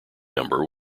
number